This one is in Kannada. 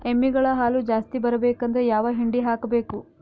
ಎಮ್ಮಿ ಗಳ ಹಾಲು ಜಾಸ್ತಿ ಬರಬೇಕಂದ್ರ ಯಾವ ಹಿಂಡಿ ಹಾಕಬೇಕು?